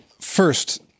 first